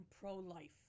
pro-life